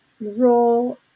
role